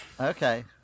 Okay